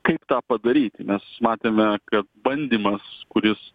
kaip tą padaryti mes matėme kad bandymas kuris